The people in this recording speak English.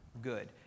good